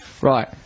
Right